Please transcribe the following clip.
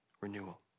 renewal